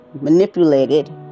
manipulated